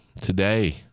today